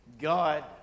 God